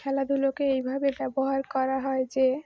খেলাধুলোকে এইভাবে ব্যবহার করা হয় যে